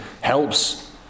helps